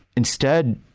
instead,